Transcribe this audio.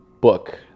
book